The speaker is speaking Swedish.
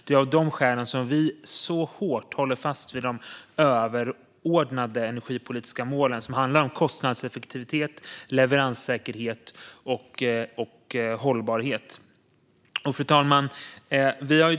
Det är av de skälen som vi så hårt håller fast vid de överordnade energipolitiska målen, som handlar om kostnadseffektivitet, leveranssäkerhet och hållbarhet. Fru talman!